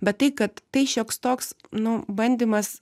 bet tai kad tai šioks toks nu bandymas